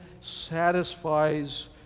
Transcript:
satisfies